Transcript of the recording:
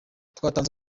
twatanze